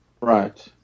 Right